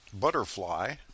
butterfly